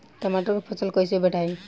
टमाटर के फ़सल कैसे बढ़ाई?